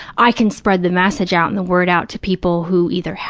i can spread the message out and the word out to people who either,